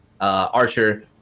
Archer